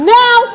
now